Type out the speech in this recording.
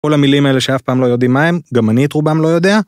כל המילים האלה שאף פעם לא יודעים מה הם, גם אני את רובם לא יודע.